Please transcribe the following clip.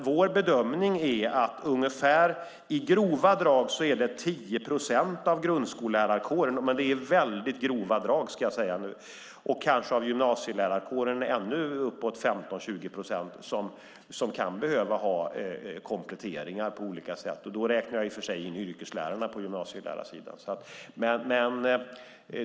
Vår bedömning är att det i grova drag är 10 procent av grundskollärarkåren och 15-20 procent av gymnasielärarkåren som kan behöva kompletteringar på olika sätt. Då räknar jag i och för sig in yrkeslärarna på gymnasielärarsidan.